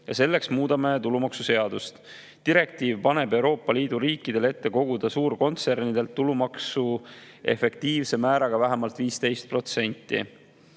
ja selleks muudame tulumaksuseadust. Direktiiv paneb Euroopa Liidu riikidele ette koguda suurkontsernidelt tulumaksu vähemalt